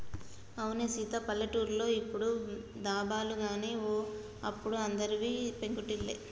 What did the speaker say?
అవునే సీత పల్లెటూర్లో ఇప్పుడు దాబాలు గాని ఓ అప్పుడు అందరివి పెంకుటిల్లే